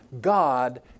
God